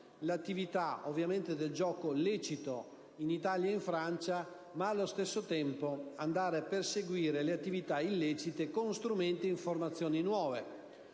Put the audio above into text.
l'attività del gioco lecito, in Italia e in Francia, ma, allo stesso tempo, di perseguire attività illecite con strumenti e informazioni nuove.